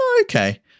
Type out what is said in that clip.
okay